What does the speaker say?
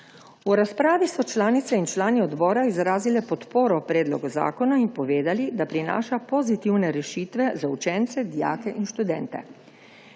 V razpravi so članice in člani odbora izrazili podporo predlogu zakona in povedali, da prinaša pozitivne rešitve za učence, dijake in študente.